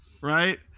right